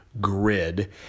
grid